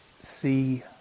see